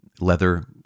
leather